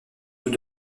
tout